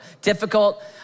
difficult